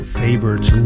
favorites